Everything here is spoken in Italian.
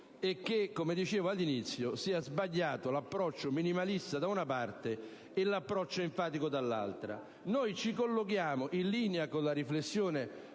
e che, come dicevo all'inizio, sia sbagliato l'approccio minimalista da una parte e l'approccio enfatico dall'altra. Noi ci collochiamo, in linea con la riflessione